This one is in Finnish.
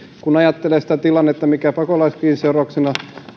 kun ajattelee sitä tilannetta mikä pakolaiskriisin seurauksena